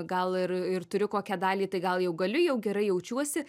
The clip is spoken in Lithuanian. gal ir ir turi kokią dalį tai gal jau galiu jau gerai jaučiuosi